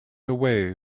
away